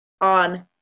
on